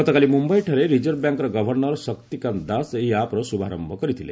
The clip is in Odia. ଗତକାଲି ମୁମ୍ୟାଇଠାରେ ରିଜର୍ଭ ବ୍ୟାଙ୍କ୍ର ଗଭର୍ଷର ଶକ୍ତିକାନ୍ତ ଦାସ ଏହି ଆପ୍ର ଶୁଭାରମ୍ଭ କରିଥିଲେ